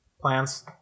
plans